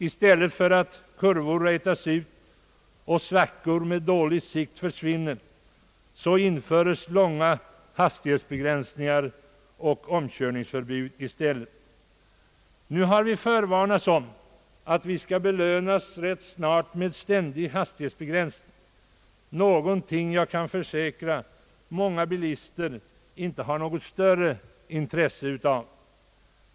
I stället för att kurvor rätas ut och svackor med dålig sikt försvinner, införes långa sträckor med hastighetsbegränsningar och omkörningsförbud. Nu har vi förvarnats om att vi rätt snart skall belönas med ständiga hastighetsbegränsningar, någonting jag kan försäkra att många bilister inte har något större intresse av.